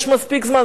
יש מספיק זמן.